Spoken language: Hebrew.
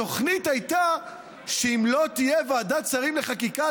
התוכנית הייתה שאם לא תהיה ועדת שרים לחקיקה,